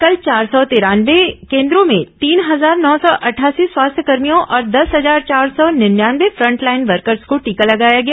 कल चार सौ तिरानवे केन्द्रों में तीन हजार नौ सौ अठासी स्वास्थ्यकर्भियों और दस हजार चार सौ निन्यानर्व फ्रंटलाइन वर्कर्स को टीका लगाया गया